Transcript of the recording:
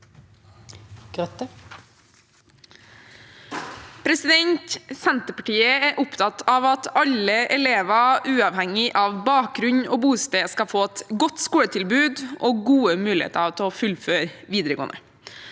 Senterpartiet er opp- tatt av at alle elever, uavhengig av bakgrunn og bosted, skal få et godt skoletilbud og gode muligheter til å fullføre videregående.